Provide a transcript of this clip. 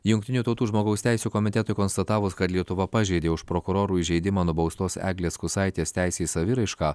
jungtinių tautų žmogaus teisių komitetui konstatavus kad lietuva pažeidė už prokurorų įžeidimą nubaustos eglės kusaitės teisę į saviraišką